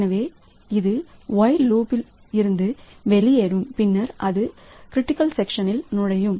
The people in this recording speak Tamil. எனவே இது ஒயில்லூப் இதிலிருந்து வெளியேறும் பின்னர் அது கிரிட்டிக்கல் சக்சன் இல் நுழையும்